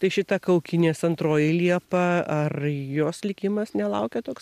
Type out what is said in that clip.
tai šita kaukinės antroji liepa ar jos likimas nelaukia toks